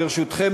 ברשותכם,